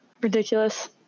Ridiculous